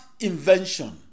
invention